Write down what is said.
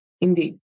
Indeed